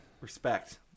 respect